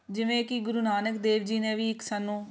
ਜਿਵੇਂ ਕਿ ਗੁਰੂ ਨਾਨਕ ਦੇਵ ਜੀ ਨੇ ਵੀ ਇੱਕ ਸਾਨੂੰ